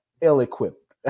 ill-equipped